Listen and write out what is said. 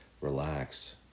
Relax